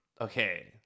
Okay